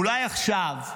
אולי עכשיו,